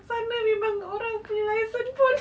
sana memang orang punya license pun